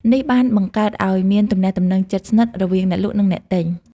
នេះបានបង្កើតឱ្យមានទំនាក់ទំនងជិតស្និទ្ធរវាងអ្នកលក់និងអ្នកទិញ។